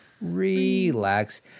relax